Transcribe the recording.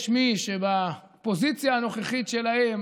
יש מי שבפוזיציה הנוכחית שלהם